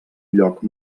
lloc